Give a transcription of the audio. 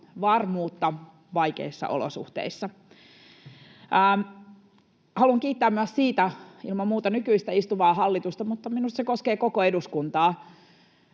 varmuutta vaikeissa olosuhteissa. Haluan kiittää siitä myös ilman muuta nykyistä, istuvaa hallitusta, mutta minusta se koskee koko eduskuntaa: